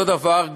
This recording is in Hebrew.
אותו דבר גם,